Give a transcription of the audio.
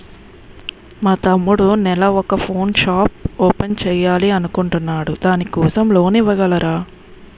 మా తమ్ముడు నెల వొక పాన్ షాప్ ఓపెన్ చేయాలి అనుకుంటునాడు దాని కోసం లోన్ ఇవగలరా?